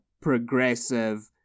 progressive